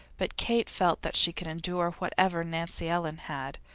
but kate felt that she could endure whatever nancy ellen had,